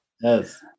Yes